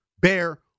bear